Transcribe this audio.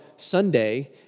Sunday